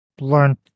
learn